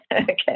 Okay